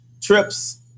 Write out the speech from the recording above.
trips